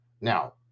Now